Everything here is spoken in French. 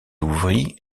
ouvrit